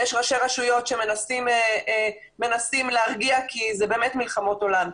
ויש ראשי רשויות שמנסים להרגיע כי זה באמת מלחמות עולם.